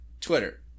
Twitter